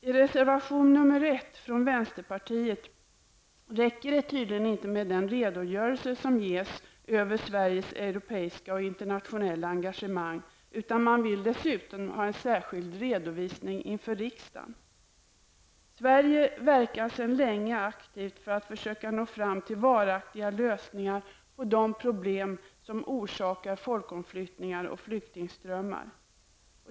I reservation 1 från vänsterpartiet räcker det tydligen inte med de redogörelse som ges över Sveriges europeiska och internationella engagemang, utan man vill dessutom ha en särskild redovisning inför riksdagen. Sverige verkar sedan länge aktivt för att försöka nå fram till varaktiga lösningar på de problem som orsakar folkomflyttningar och flyktingströmmar.